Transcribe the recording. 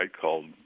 called